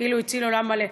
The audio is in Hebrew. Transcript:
כאילו הציל עולם מלא.